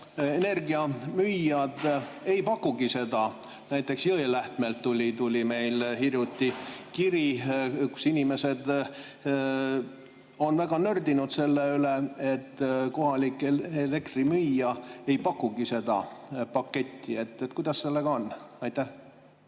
energiamüüjad ei pakugi seda. Näiteks tuli meile Jõelähtmelt hiljuti kiri, inimesed on väga nördinud selle üle, et kohalik elektrimüüja ei pakugi seda paketti. Kuidas sellega on? Aitäh!